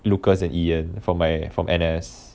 lucas and ian from my from N_S